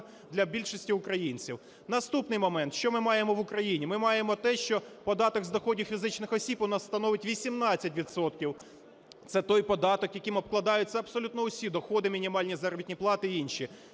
для більшості українців. Наступний момент, що ми маємо в Україні? Ми маємо те, що податок з доходів фізичних осіб у нас становить 18 відсотків. Це той податок, яким обкладаються абсолютно усі доходи, мінімальні заробітні плати і інші.